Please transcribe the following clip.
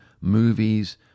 movies